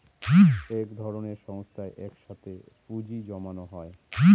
এক ধরনের সংস্থায় এক সাথে পুঁজি জমানো হয়